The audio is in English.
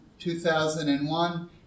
2001